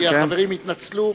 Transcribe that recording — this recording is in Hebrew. כן, כי החברים התנצלו.